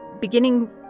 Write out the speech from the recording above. beginning